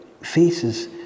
faces